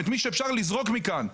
את מי שאפשר לזרוק מכאן.